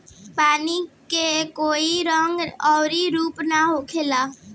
पानी के कोई रंग अउर रूप ना होखें